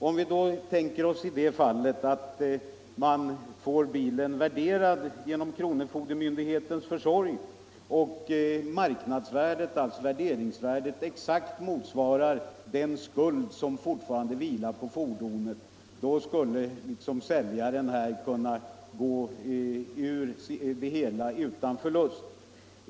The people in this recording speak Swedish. Om vi tänker oss att bilen i detta fall blir värderad genom kronofogdemyndighetens försorg och att marknadsvärdet exakt motsvarar den skuld som fortfarande vilar på fordonet, skulle säljaren gå ur affären utan förlust.